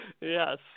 Yes